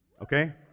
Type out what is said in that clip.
Okay